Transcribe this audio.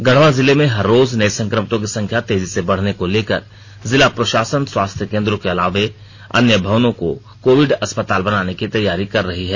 गढ़वा जिले में हर रोज नये संक्रमितो की संख्या तेजी से बढ़ने को लेकर जिला प्रशासन स्वास्थ्य केंद्रों के अलावे अन्य भवनों को कोविड अस्पताल बनाने की तैयारी कर रही है